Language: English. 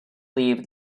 leave